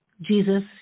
Jesus